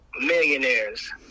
millionaires